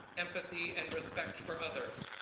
empathy and respect for others.